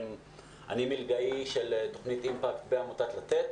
אני מלגאי של תכנית אימפקט בעמותת "לתת".